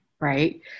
right